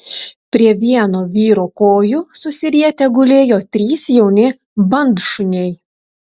prie vieno vyro kojų susirietę gulėjo trys jauni bandšuniai